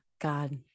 God